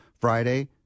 Friday